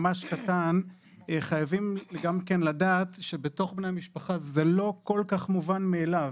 ממש קטן: חייבים גם לדעת שבתוך בני המשפחה זה לא כל כך מובן מאליו.